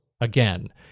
again